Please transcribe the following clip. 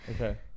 okay